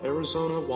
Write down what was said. Arizona